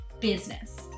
business